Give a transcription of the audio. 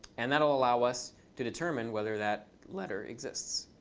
and that will allow us to determine whether that letter exists,